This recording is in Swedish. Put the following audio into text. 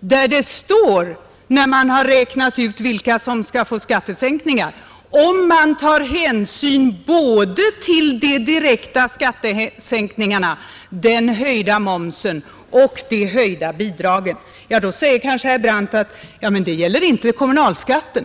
där det står, när man har räknat ut vilka som skall få skattesänkningar: ”———”. Då säger kanske herr Brandt att det gäller inte kommunalskatten.